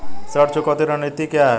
ऋण चुकौती रणनीति क्या है?